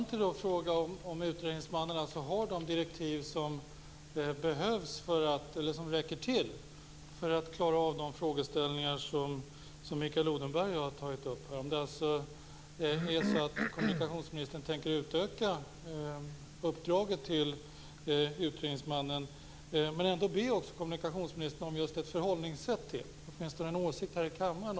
Herr talman! Jag vill knyta an till det sist sagda och fråga om utredningsmannen har direktiv som räcker till för att klara av de frågeställningar som Mikael Odenberg och jag här har tagit upp. Tänker kommunikationsministern utöka uppdraget till utredningsmannen? Jag vill också be kommunikationsministern om ett förhållningssätt till detta, eller åtminstone en åsikt här i kammaren.